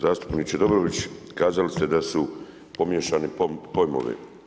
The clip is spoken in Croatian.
Zastupniče Dobrović, kazali ste da su pomiješani pojmovi.